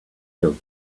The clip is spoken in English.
you